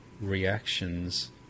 reactions